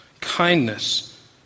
kindness